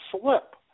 slip